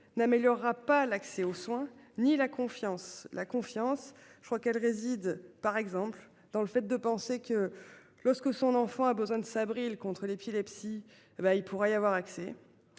n'améliorera pas l'accès aux soins, ni la confiance, la confiance. Je crois qu'elle réside par exemple dans le fait de penser que lorsque son enfant a besoin de s'avril contre l'épilepsie, hé ben il pourra y avoir accès.